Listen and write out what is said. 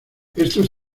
estos